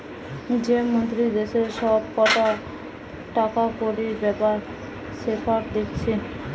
যে মন্ত্রী দেশের সব কটা টাকাকড়ির বেপার সেপার দেখছে